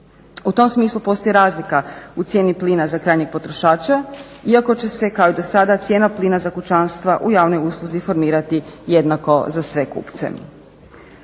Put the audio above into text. U tom smislu postoji razlika u cijeni plina za krajnjeg potrošača iako će se kao i dosada cijena plina za kućanstva u javnoj usluzi formirati jednako za sve kupce.